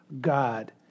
God